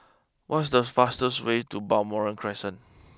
what's this fastest way to Balmoral Crescent